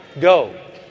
Go